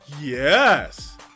Yes